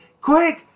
Quick